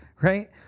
right